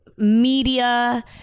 media